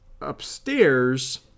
upstairs